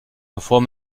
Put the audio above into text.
bevor